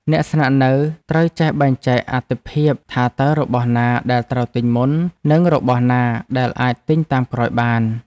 អ្នកស្នាក់នៅត្រូវចេះបែងចែកអាទិភាពថាតើរបស់ណាដែលត្រូវទិញមុននិងរបស់ណាដែលអាចទិញតាមក្រោយបាន។